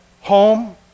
home